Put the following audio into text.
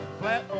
flat